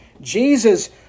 Jesus